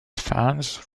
fans